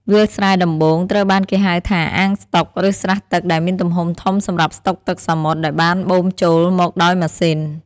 វាលស្រែដំបូងត្រូវបានគេហៅថាអាងស្តុក ឬស្រះទឹកដែលមានទំហំធំសម្រាប់ស្តុកទឹកសមុទ្រដែលបានបូមចូលមកដោយម៉ាស៊ីន។